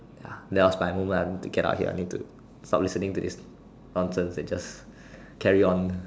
that was my moment I need to get out here I need to stop listening to this nonsense and just carry on